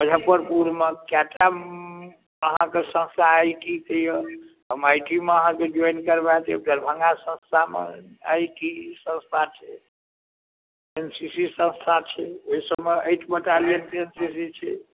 मजफ्फरपुरमे कैटा अहाँक संस्था आइ टी से यऽ हम आइटीमे अहाँक जोइन करबाय देब दरभङ्गा संस्थामे आइ आइ टी संस्था छै एन सी सी संस्था छै ओहि सभमे अहिठुमका लेन देन जे छै